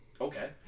Okay